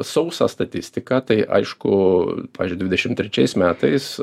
sausą statistiką tai aišku pavyzdžiui dvidešimt trečiais metais